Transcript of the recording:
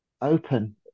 open